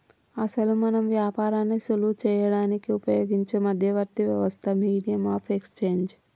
అసలు మనం వ్యాపారాన్ని సులువు చేయడానికి ఉపయోగించే మధ్యవర్తి వ్యవస్థ మీడియం ఆఫ్ ఎక్స్చేంజ్